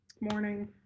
morning